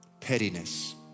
pettiness